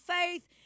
faith